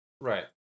Right